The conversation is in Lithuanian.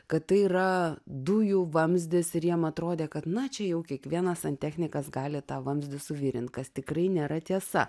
kad tai yra dujų vamzdis ir jiem atrodė kad na čia jau kiekvienas santechnikas gali tą vamzdį suvirint kas tikrai nėra tiesa